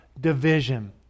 division